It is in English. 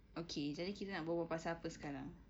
okay jadi kita nak berbual pasal apa sekarang